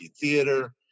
theater